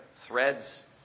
threads